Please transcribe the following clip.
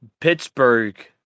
Pittsburgh